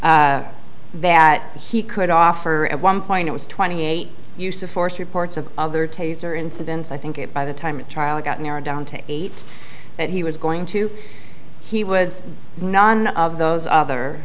affirmed that he could offer at one point it was twenty eight used to force reports of other taser incidents i think it by the time a child got narrowed down to eight that he was going to he was none of those other